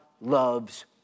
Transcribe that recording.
loves